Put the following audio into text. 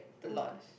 too much